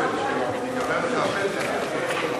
סייגים להגבלת הספקת חשמל,